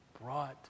brought